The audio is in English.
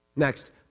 next